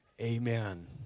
Amen